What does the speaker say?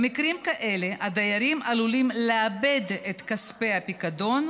במקרים כאלה הדיירים עלולים לאבד את כספי הפיקדון,